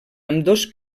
ambdós